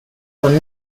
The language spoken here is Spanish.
con